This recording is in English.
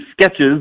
sketches